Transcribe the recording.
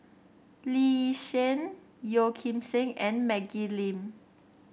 Lee Yi Shyan Yeo Kim Seng and Maggie Lim